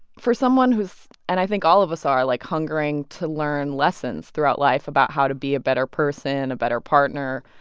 for someone who's and i think all of us are, like, hungering to learn lessons throughout life about how to be a better person, a better partner.